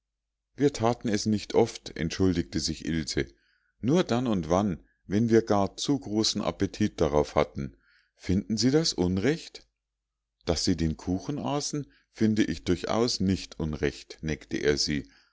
wir thaten es nicht oft entschuldigte sich ilse nur dann und wann wenn wir gar zu großen appetit darauf hatten finden sie das unrecht daß sie den kuchen aßen finde ich durchaus nicht unrecht neckte er sie